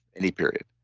any period?